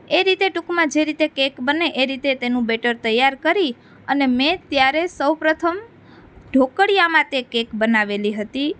એ રીતે ટૂંકમાં જે રીતે કેક બને એ રીતે તેનું બેટર તૈયાર કરી અને મેં ત્યારે સૌપ્રથમ ઢોકળીયામાં તે કેક બનાવેલી હતી